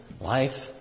life